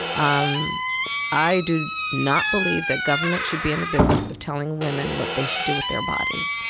um i do not believe that government should be in the business of telling women what they should do with their bodies.